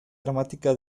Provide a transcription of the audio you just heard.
dramática